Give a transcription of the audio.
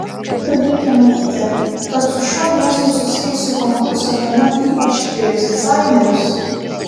tad reikia manyti kad su šiuo miestu susijusi konkurso tema ypač įkvėps dizainerius